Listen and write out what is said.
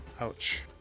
Ouch